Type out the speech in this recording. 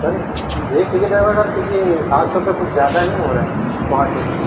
سر دیکھ لیجیے ڈرائیور صاحب کیونکہ سات سو تو کچھ زیادہ نہیں ہو رہا ہے وہاں کے لیے